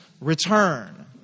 return